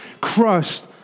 crushed